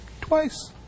twice